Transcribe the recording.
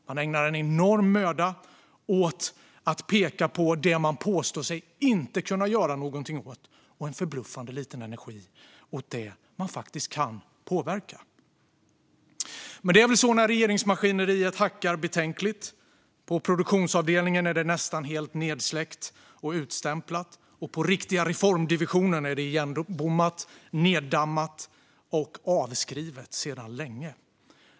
Man ägnar en enorm möda åt att peka på det man påstår sig inte kunna göra någonting åt och en förbluffande liten energi åt det man faktiskt kan påverka. Men det är väl så när regeringsmaskineriet hackar betänkligt. På produktionsavdelningen är det nästan helt nedsläckt och utstämplat. På riktiga-reform-divisionen är det igenbommat, neddammat och avskrivet sedan länge.